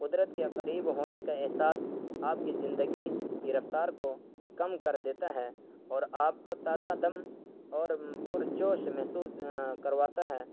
قدرت کے قریب ہونے کا احساس آپ کی زندگی کی رفتار کو کم کر دیتا ہے اور آپ کو تازہ دم اور پرجوش محسوس کرواتا ہے